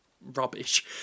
rubbish